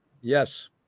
Yes